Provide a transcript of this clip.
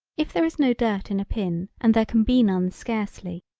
if there is no dirt in a pin and there can be none scarcely,